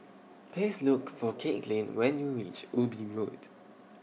Please Look For Katelynn when YOU REACH Ubi Road